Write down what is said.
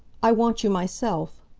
i want you myself!